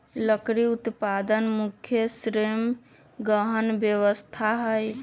लकड़ी उत्पादन मुख्य श्रम गहन व्यवसाय हइ